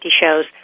shows